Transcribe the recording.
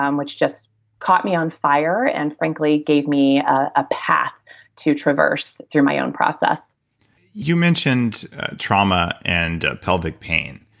um which just caught me on fire and frankly, gave me a path to traverse through my own process you mentioned trauma and pelvic pain,